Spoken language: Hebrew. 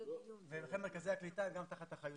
ולכן מרכזי הקליטה גם תחת אחריותנו.